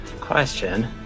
Question